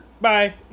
bye